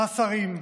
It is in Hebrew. השרים,